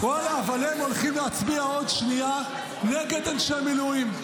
אבל הם הולכים להצביע עוד שנייה נגד אנשי מילואים.